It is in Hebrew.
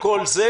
מתוך הכרה